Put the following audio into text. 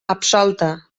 absolta